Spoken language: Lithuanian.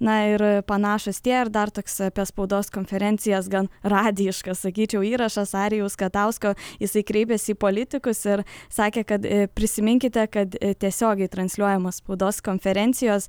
na ir panašūs tie ir dar toks apie spaudos konferencijas gan radijiškas sakyčiau įrašas arijaus katausko jisai kreipėsi į politikus ir sakė kad prisiminkite kad tiesiogiai transliuojamos spaudos konferencijos